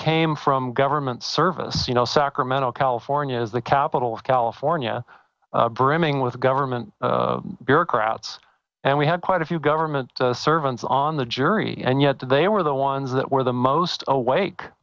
came from government service you know sacramento california is the capital of california brimming with government bureaucrats and we had quite a few government servants on the jury and yet they were the ones that were the most awake